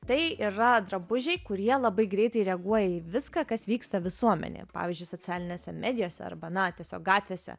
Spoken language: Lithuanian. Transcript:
tai yra drabužiai kurie labai greitai reaguoja į viską kas vyksta visuomenėje pavyzdžiui socialinėse medijose arba na tiesiog gatvėse